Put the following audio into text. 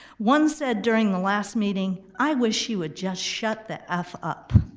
one said during the last meeting, i wish you would just shut the f up.